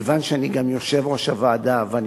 כיוון שאני גם יושב-ראש הוועדה ואני